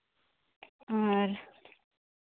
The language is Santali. ᱟᱨ